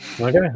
Okay